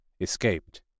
escaped